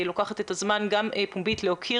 אני לוקחת את הזמן גם פומבית להכיר